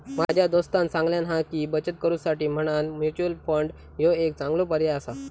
माझ्या दोस्तानं सांगल्यान हा की, बचत करुसाठी म्हणान म्युच्युअल फंड ह्यो एक चांगलो पर्याय आसा